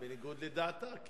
בניגוד לדעתה.